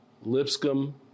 Lipscomb